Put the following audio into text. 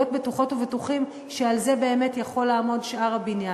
להיות בטוחות ובטוחים שעל זה באמת יכול לעמוד שאר הבניין.